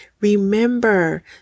remember